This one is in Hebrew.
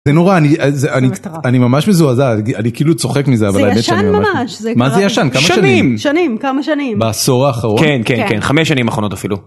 זה נורא, אני... זה... - זה מטורף. -אני ממש מזועזע, אני כאילו צוחק מזה אבל בעצם -זה ישן ממש... זה קרה... -מה זה ישן, כמה שנים? שנים, שנים, כמה שנים. בעשור האחרון? כן, כן, כן. חמש שנים אחרונות אפילו.